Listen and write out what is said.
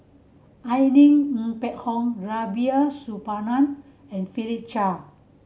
Irene Ng Phek Hoong Rubiah Suparman and Philip Chia